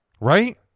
right